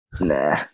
Nah